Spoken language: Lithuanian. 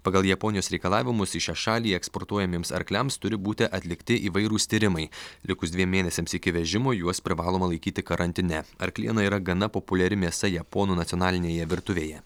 pagal japonijos reikalavimus į šią šalį eksportuojamiems arkliams turi būti atlikti įvairūs tyrimai likus dviem mėnesiams iki vežimo juos privaloma laikyti karantine arkliena yra gana populiari mėsa japonų nacionalinėje virtuvėje